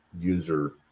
user